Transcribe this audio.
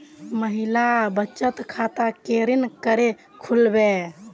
महिला बचत खाता केरीन करें खुलबे